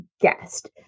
guest